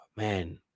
man